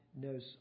knows